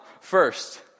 First